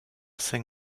cinq